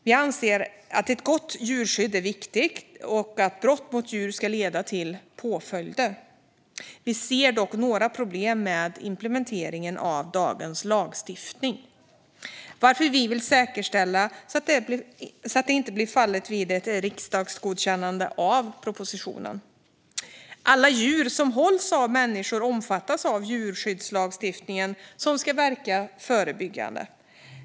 Vi anser att ett gott djurskydd är viktigt och att brott mot djur ska leda till påföljder. Vi ser dock några problem som kan uppstå vid implementeringen av dagens lagstiftning, och vi vill säkerställa att så inte blir fallet vid ett riksdagsgodkännande av propositionen. Alla djur som hålls av människor omfattas av djurskyddslagstiftningen, som ska verka förebyggande.